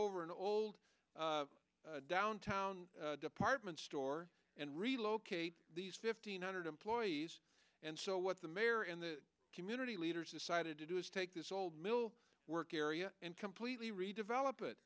over an old downtown department store and relocate these fifteen hundred employees and so what the mayor and the community leaders decided to do is take this old mill work area and completely redevelop